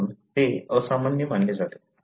म्हणून ते असामान्य मानले जाते